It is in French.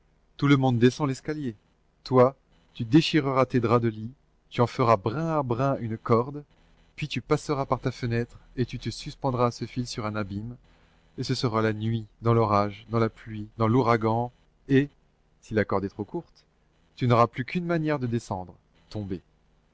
tout le monde descend l'escalier toi tu déchireras tes draps de lit tu en feras brin à brin une corde puis tu passeras par ta fenêtre et tu te suspendras à ce fil sur un abîme et ce sera la nuit dans l'orage dans la pluie dans l'ouragan et si la corde est trop courte tu n'auras plus qu'une manière de descendre tomber